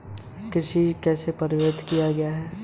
कृषि ऋण अधिनियम कब पारित किया गया?